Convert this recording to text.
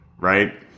right